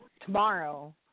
tomorrow